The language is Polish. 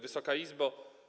Wysoka Izbo!